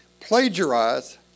plagiarize